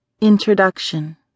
Introduction